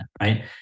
right